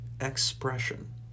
expression